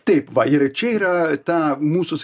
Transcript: taip va ir čia yra ta mūsų